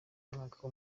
umwaka